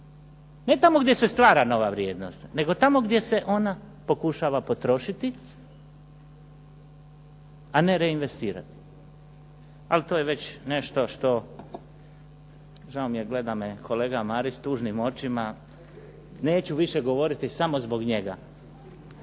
Ne tamo gdje se stvara nova vrijednost, nego tamo gdje se ona pokušava potrošiti, a ne reinvestirati. Ali to je već nešto što, žao mi je, gleda me kolega Marić tužnim očima. Neću više govoriti samo zbog njega.